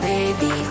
Baby